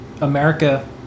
America